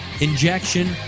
injection